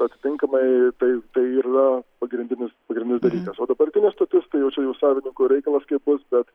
atitinkamai tai yra pagrindinis pagrindinis dalykas o dabartinė stotis tai jau čia savininko reikalas kaip bus bet